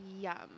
Yum